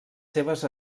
seves